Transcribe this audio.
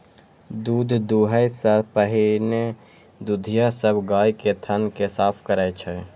दूध दुहै सं पहिने दुधिया सब गाय के थन कें साफ करै छै